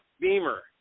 Beamer